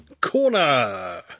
Corner